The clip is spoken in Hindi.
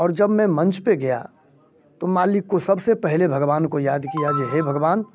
और जब मैं मंच पर गया तो मालिक को सबसे पहले भगवान को याद किया जे हे भगवान